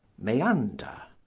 meander,